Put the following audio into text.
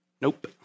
Nope